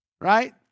Right